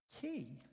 key